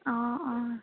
অ অ